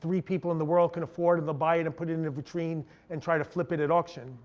three people in the world can afford. and they'll buy it and put it in a vitrine and try to flip it at auction.